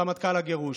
רמטכ"ל הגירוש,